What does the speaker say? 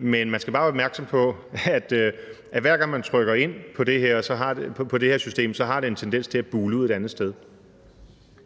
Men man skal bare være opmærksom på, at hver gang man trykker ind på det her system, så har det en tendens til at bule ud et andet sted.